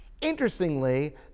Interestingly